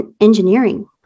engineering